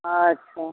अच्छा